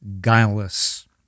guileless